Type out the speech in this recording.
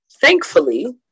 Thankfully